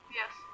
yes